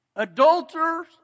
Adulterers